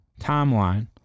timeline